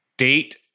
Date